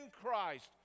Christ